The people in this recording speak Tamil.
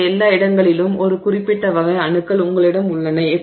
இங்கே எல்லா இடங்களிலும் ஒரு குறிப்பிட்ட வகை அணுக்கள் உங்களிடம் உள்ளன